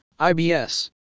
IBS